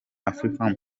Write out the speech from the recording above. afrifame